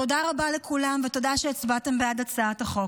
תודה רבה לכולם, ותודה שהצבעתם בעד הצעת החוק.